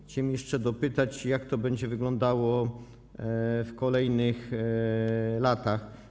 Chciałem jeszcze dopytać, jak to będzie wyglądało w kolejnych latach.